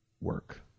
work